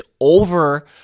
over